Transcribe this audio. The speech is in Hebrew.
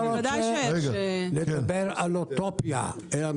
אני לא רוצה לדבר על אוטופיה, אלא על